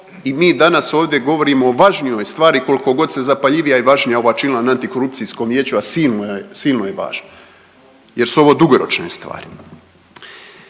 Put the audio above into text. i mi danas ovdje govorimo o važnijoj stvari koliko god se zapaljivija i važnija ova činila na antikorupcijskom vijeću, a silno je važna jer su ovo dugoročne stvari.